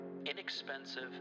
inexpensive